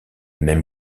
même